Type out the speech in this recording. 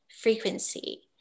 frequency